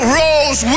rose